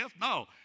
No